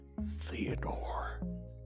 Theodore